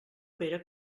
pere